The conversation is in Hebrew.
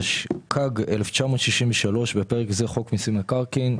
התשכ"ג 1963 (בפרק זה חוק מיסוי מקרקעין)